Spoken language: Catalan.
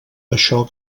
això